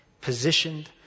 positioned